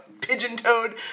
pigeon-toed